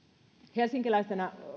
helsinkiläisenä